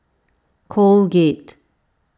Colgate